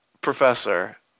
Professor